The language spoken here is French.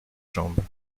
jambes